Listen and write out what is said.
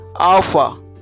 Alpha